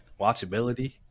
watchability